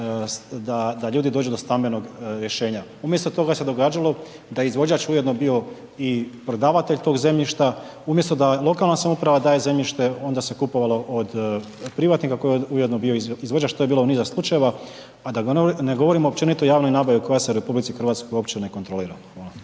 da ljudi dođu do stambenog rješenja. Umjesto toga se događalo da izvođač ujedno bio i prodavatelj tog zemljišta, umjesto da lokalna samouprava daje zemljište onda se kupovalo od privatnika koji je ujedno bio izvođač, to je bilo u niza slučajeva. A da ne govorimo općenito o javnoj nabavi koja se u RH uopće ne kontrolira.